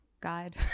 guide